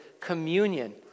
Communion